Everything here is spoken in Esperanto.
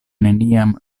neniam